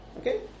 Okay